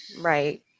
Right